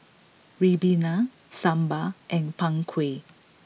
Ribena Sambal and Png Kueh